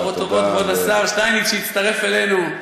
בשורות טובות, כבוד השר שטייניץ, שהצטרף אלינו.